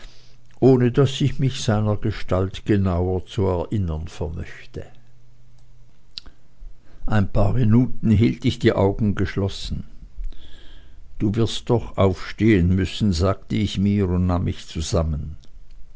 ohne daß ich mich seiner gestalt genauer zu erinnern vermöchte ein paar minuten hielt ich die augen geschlossen du wirst doch aufstehen müssen sagte ich mir und nahm mich zusammen